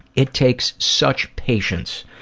it takes such patience